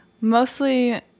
mostly